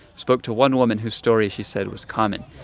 spoke to one woman whose story she said was common.